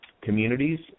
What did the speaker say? communities